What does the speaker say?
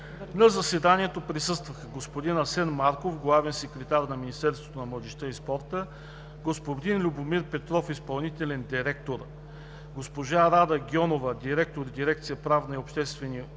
На заседанието присъстваха господин Асен Марков – главен секретар на Министерството на младежта и спорта, господин Любомир Петров – изпълнителен директор, госпожа Рада Гьонова – директор на дирекция „Правна и обществени